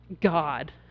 God